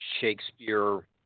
Shakespeare